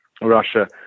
Russia